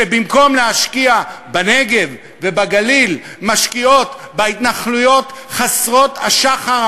שבמקום להשקיע בנגב ובגליל משקיעה בהתנחלויות חסרות השחר,